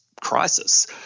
crisis